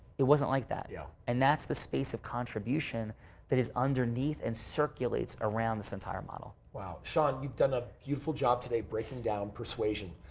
it wasn't like that. yeah. and that's the space of contribution that is underneath and circulates around entire model. wow. sean, you've done a beautiful job today breaking down persuasion.